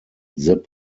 zip